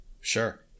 Sure